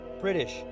British